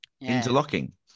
interlocking